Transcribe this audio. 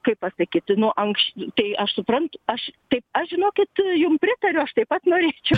kaip pasakyti nuo ankš tai aš suprantu aš taip aš žinokit jum pritariu aš taip pat norėčiau